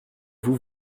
vous